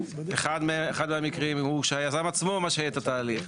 אחד מהמקרים, הוא שהיזם עצמו מאט את התהליך.